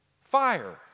Fire